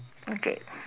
okay